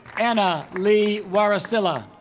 anna lee warasila